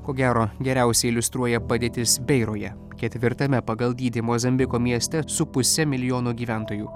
ko gero geriausiai iliustruoja padėtis beiroje ketvirtame pagal dydį mozambiko mieste su puse milijono gyventojų